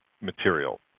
material